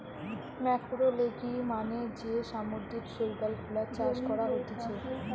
ম্যাক্রোলেগি মানে যে সামুদ্রিক শৈবাল গুলা চাষ করা হতিছে